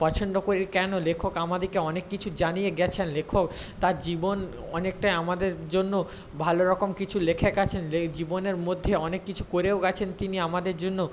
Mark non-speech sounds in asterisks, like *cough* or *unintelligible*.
পছন্দ করি কেন লেখক আমাদেরকে অনেক কিছু জানিয়ে গিয়েছেন লেখক তার জীবন অনেকটাই আমাদের জন্য ভালো রকম কিছু লিখে গিয়েছেন *unintelligible* জীবনের মধ্যে অনেক কিছু করেও গিয়েছেন তিনি আমাদের জন্য